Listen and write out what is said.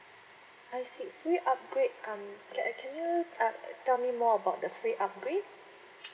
I see free upgrade um can uh can you tell me more about the free upgrade